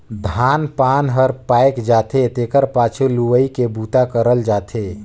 धान पान हर पायक जाथे तेखर पाछू लुवई के बूता करल जाथे